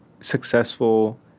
Successful